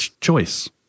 choice